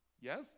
Yes